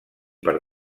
per